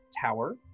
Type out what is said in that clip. Tower